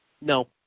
No